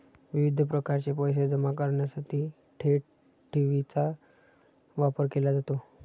विविध प्रकारचे पैसे जमा करण्यासाठी थेट ठेवीचा वापर केला जातो